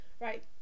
Right